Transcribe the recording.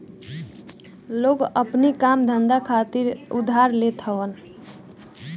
लोग अपनी काम धंधा खातिर उधार लेत हवन